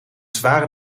zware